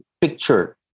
picture